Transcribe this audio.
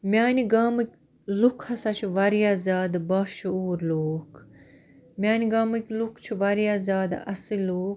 میٛانہِ گامٕکۍ لوٗکھ ہَسا چھِ واریاہ زیادٕ باشعوٗر لوٗکھ میٛانہِ گامٕکۍ لوٗکھ چھِ واریاہ زیادٕ اصۭل لوٗکھ